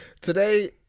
today